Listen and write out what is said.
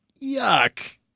Yuck